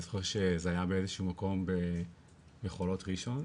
אני זוכר שזה היה באיזשהו מקום בחולות ראשון